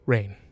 Rain